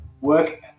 Work